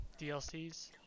DLCs